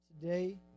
today